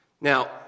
Now